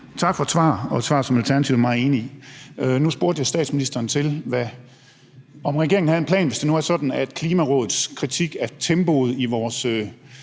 det er et svar, som Alternativet er meget enig i. Nu spurgte jeg fru Mette Frederiksen, om regeringen havde en plan, hvis det nu er sådan, at Klimarådet kommer med en